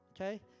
okay